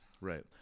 Right